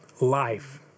life